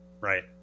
right